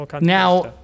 Now